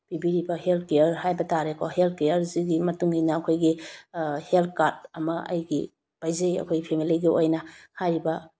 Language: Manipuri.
ꯄꯤꯕꯤꯔꯤꯕ ꯍꯦꯜꯠ ꯀꯤꯌꯔ ꯍꯥꯏꯕ ꯇꯥꯔꯦꯀꯣ ꯍꯦꯜꯠ ꯀꯤꯌꯔꯁꯤꯒꯤ ꯃꯇꯨꯡ ꯏꯟꯅ ꯑꯩꯈꯣꯏꯒꯤ ꯍꯦꯜꯠ ꯀꯥꯔꯗ ꯑꯃ ꯑꯩꯒꯤ ꯄꯥꯏꯖꯩ ꯑꯩꯈꯣꯏ ꯐꯦꯃꯤꯂꯤꯒꯤ ꯑꯣꯏꯅ ꯍꯥꯏꯔꯤꯕ